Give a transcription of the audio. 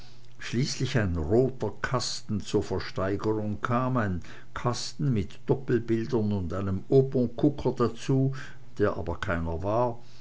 schließlich ein roter kasten zur versteigerung kam ein kasten mit doppelbildern und einem opernkucker dazu der aber keiner war